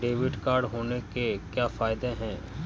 Debit card होने के क्या फायदे हैं?